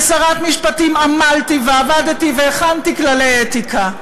כשרת משפטים עמלתי ועבדתי והכנתי כללי אתיקה.